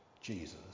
Jesus